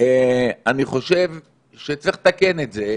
אני חושב שצריך לתקן את זה.